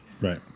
Right